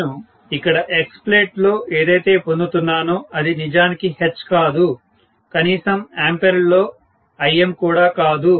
నేను ఇక్కడ X plate లో ఏదైతే పొందుతున్నానో అది నిజానికి H కాదు కనీసం ఆంపియర్ లలో Im కూడా కాదు